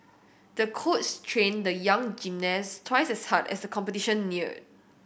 the coach trained the young gymnast twice as hard as the competition neared